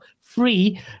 free